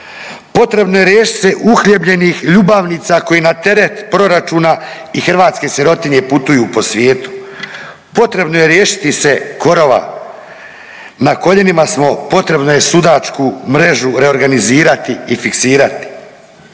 Potrebno je riješiti se uhljebljenih ljubavnica koje na teret proračuna i hrvatske sirotinje putuju po svijetu. Potrebno je riješiti se korova. Na koljenima smo, potrebno je sudačku mrežu reorganizirati i fiksirati,